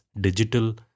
digital